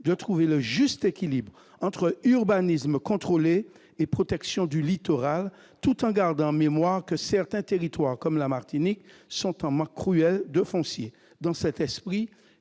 de trouver le juste équilibre entre urbanisme contrôlé et protection du littoral, tout en gardant en mémoire que certains territoires comme la Martinique manquent cruellement de foncier. Dans cet esprit,